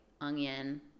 onion